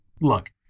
look